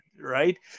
right